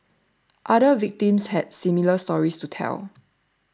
other victims had similar stories to tell